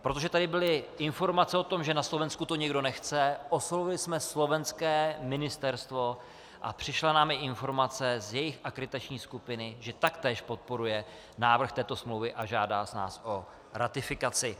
Protože tady byly informace o tom, že na Slovensku to někdo nechce, oslovili jsme slovenské ministerstvo a přišla nám informace z jejich akreditační skupiny, že taktéž podporuje návrh této smlouvy a žádá nás o ratifikaci.